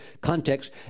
context